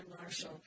Marshall